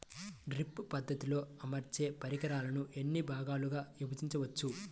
Drip పద్ధతిలో అమర్చే పరికరాలను ఎన్ని భాగాలుగా విభజించవచ్చు?